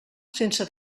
sense